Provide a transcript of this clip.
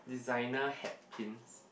designer hat pins